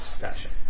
fashion